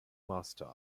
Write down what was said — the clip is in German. master